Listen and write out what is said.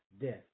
death